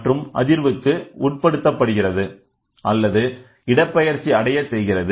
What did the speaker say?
மற்றும் அதிர்வுக்கு உட்படுத்தப்படுகிறது அல்லது இடப்பெயர்ச்சி அடைய செய்கிறது